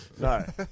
no